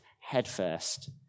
headfirst